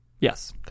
Yes